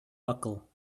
buckle